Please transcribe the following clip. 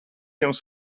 jums